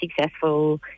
successful